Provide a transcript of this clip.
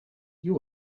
you